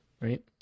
right